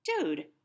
Dude